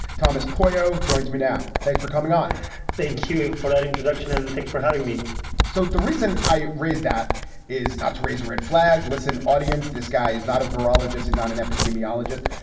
thomas polo joins me now. thanks for coming on thank you for that introduction. thanks for having me so the reason i raise that is not to raise a red flag. listen, audience, this guy is not a virologist, and not an epidemiologist.